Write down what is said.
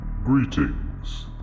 Greetings